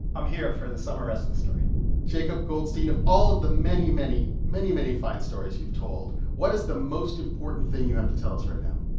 i'm here for the summer rest of the story jacob goldstein, of all of the many, many, many, many fine stories you've told, what is the most important thing you have to tell us right now?